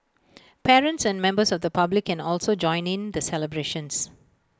parents and members of the public can also join in the celebrations